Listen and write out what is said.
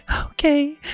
okay